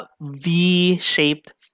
v-shaped